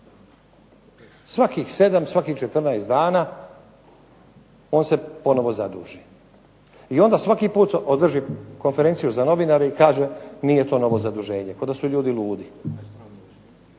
Svakih 7, svakih 14 dana on se ponovo zaduži i onda svaki put održi konferenciju za novinare i kaže nije to novo zaduženje kao da su ljudi ludi.